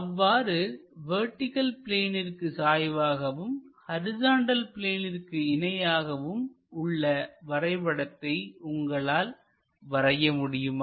அவ்வாறு வெர்டிகள் பிளேனிற்கு சாய்வாகவும் ஹரிசாண்டல் பிளேனிற்கு இணையாகவும் உள்ள வரைபடத்தை உங்களால் வரைய முடியுமா